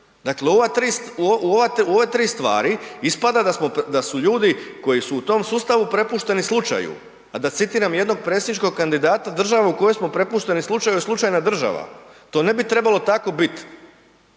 Dakle u ove 3 stvari, ispada da su ljudi koji su u tom sustavu, prepušteni slučaju a da citiram jednog predsjedničkog kandidata, država u kojoj smo prepušteni slučaju je slučajna država. To ne bi trebalo tako bit.